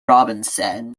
robinson